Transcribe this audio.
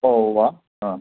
ഓ ഉവ്വ് ആ